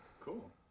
cool